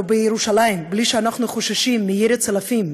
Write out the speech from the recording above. בירושלים בלי שאנחנו חוששים מירי צלפים,